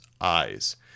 eyes